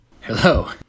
hello